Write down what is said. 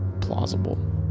plausible